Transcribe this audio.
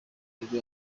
nibwo